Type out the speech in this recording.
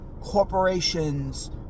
corporations